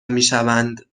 میشوند